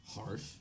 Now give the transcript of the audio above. harsh